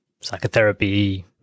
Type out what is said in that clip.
psychotherapy